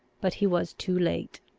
but he was too late.